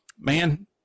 Man